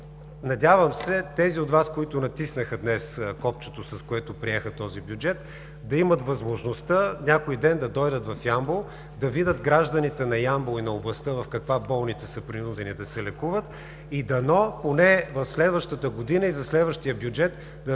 Надявам се тези от Вас, които натиснаха днес копчето, с което приеха този бюджет, да имат възможността някой ден да дойдат в Ямбол, да видят гражданите на Ямбол и на областта в каква болница са принудени да се лекуват и дано поне в следващата година и за следващия бюджет да